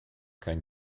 kein